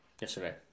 yesterday